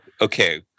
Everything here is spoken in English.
Okay